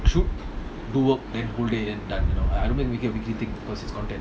shoot do work then whole day then done you know I don't think we we can take content